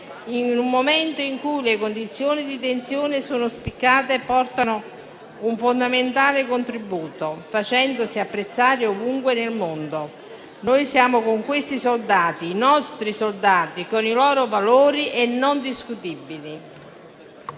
In un momento in cui le condizioni di tensione sono spiccate portano un fondamentale contributo, facendosi apprezzare ovunque nel mondo. Noi siamo con questi soldati, i nostri soldati, con i loro valori non discutibili.